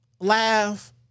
laugh